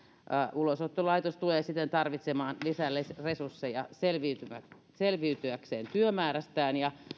ulosottolaitos tulee siten tarvitsemaan lisäresursseja selviytyäkseen työmäärästään